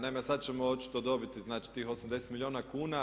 Naime, sad ćemo očito dobiti, znači tih 80 milijuna kuna.